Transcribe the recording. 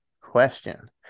question